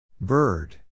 Bird